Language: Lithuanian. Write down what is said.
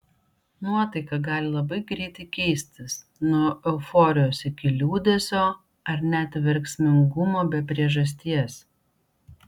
nuotaika gali labai greitai keistis nuo euforijos iki liūdesio ar net verksmingumo be priežasties